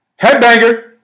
Headbanger